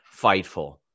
Fightful